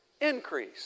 increase